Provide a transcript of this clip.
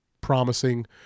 promising